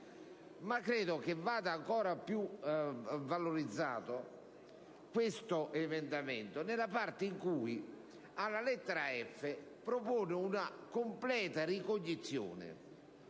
però, che vada ancora più valorizzato questo emendamento nella parte in cui, alla lettera *f)*, propone una completa ricognizione